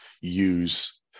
use